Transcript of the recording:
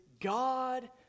God